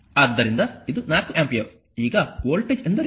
ಆದ್ದರಿಂದ ಇದು 4 ಆಂಪಿಯರ್ ಈಗ ವೋಲ್ಟೇಜ್ ಎಂದರೇನು